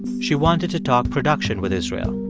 she wanted to talk production with israel.